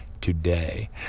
today